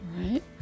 right